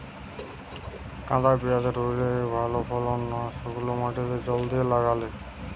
কাদায় পেঁয়াজ রুইলে ভালো ফলন না শুক্নো মাটিতে জল দিয়ে লাগালে?